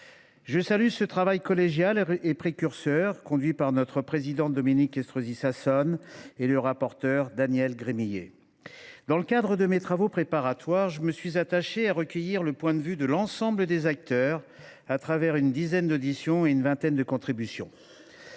cet égard le travail collégial et précurseur qu’ont conduit notre présidente Dominique Estrosi Sassone et notre collègue Daniel Gremillet. Dans le cadre de mes travaux préparatoires, je me suis attaché à recueillir le point de vue de l’ensemble des acteurs au travers d’une dizaine d’auditions et d’une vingtaine de contributions.